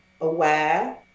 aware